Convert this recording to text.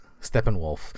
Steppenwolf